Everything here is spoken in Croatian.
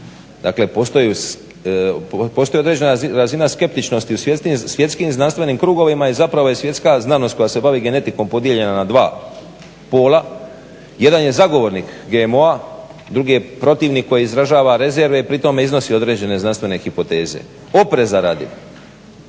dakle postoji određena razina skeptičnosti u svjetskim znanstvenim krugovima i zapravo je svjetska znanost koja se bavi genetikom podijeljena na dva pola. Jedan je zagovornik GMO-a, drugi je protivnik koji izražava rezerve i pri tome iznosi određene znanstvene hipoteze. Opreza radi,